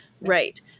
Right